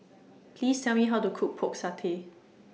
Please Tell Me How to Cook Pork Satay